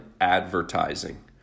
advertising